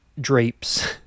drapes